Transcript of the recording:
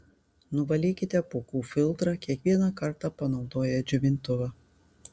nuvalykite pūkų filtrą kiekvieną kartą panaudoję džiovintuvą